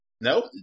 no